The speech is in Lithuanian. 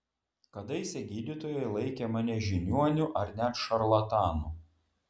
kadaise gydytojai laikė mane žiniuoniu ar net šarlatanu